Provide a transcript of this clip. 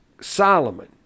Solomon